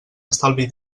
estalvi